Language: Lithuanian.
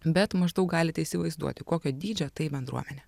bet maždaug galite įsivaizduoti kokio dydžio tai bendruomenė